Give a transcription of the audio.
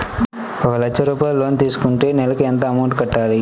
ఒక లక్ష రూపాయిలు లోన్ తీసుకుంటే నెలకి ఎంత అమౌంట్ కట్టాలి?